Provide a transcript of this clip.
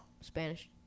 Spanish